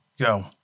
go